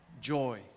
joy